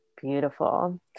beautiful